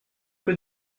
rue